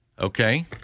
Okay